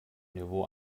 niveau